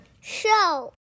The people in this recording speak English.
Show